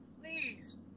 please